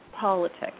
politics